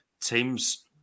teams